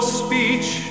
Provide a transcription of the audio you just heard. speech